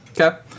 Okay